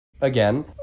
Again